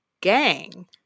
gang